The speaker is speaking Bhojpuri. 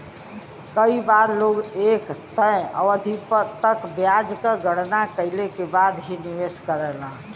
कई बार लोग एक तय अवधि तक ब्याज क गणना कइले के बाद ही निवेश करलन